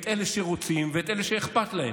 את אלה שרוצים ואת אלה שאכפת להם.